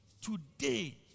today